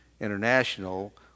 International